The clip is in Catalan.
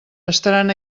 estaran